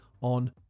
on